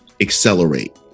accelerate